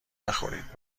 نخورید